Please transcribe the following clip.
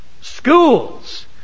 Schools